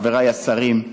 חבריי השרים,